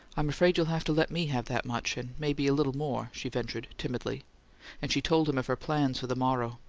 i'm afraid you'll have to let me have that much and maybe a little more, she ventured, timidly and she told him of her plans for the morrow.